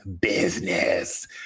business